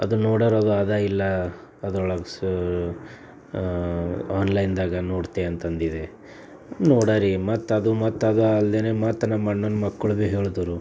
ಅದು ನೋಡರಿಅದು ಇದೆಯಿಲ್ಲ ಅದ್ರೊಳಗೆ ಸ ಆನ್ ಲೈನ್ದಾಗ ನೋಡ್ತೆ ಅಂತಂದಿದ್ದೆ ನೋಡರಿ ಮತ್ತದು ಮತ್ತದು ಅಲ್ದೆಯೇ ಮತ್ತೆ ನಮ್ಮ ಅಣ್ಣನ ಮಕ್ಕಳು ಭೀ ಹೇಳಿದರು